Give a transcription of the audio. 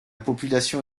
population